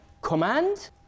command